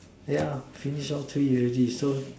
ya finish all three already so